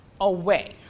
away